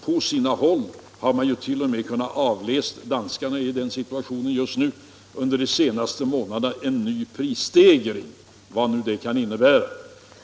På sina håll har man t.o.m. under de senaste månaderna — danskarna är nu i den situationen — kunnat avläsa en ny prisstegring, vad nu det kan innebära.